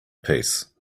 peace